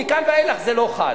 מכאן ואילך זה לא חל.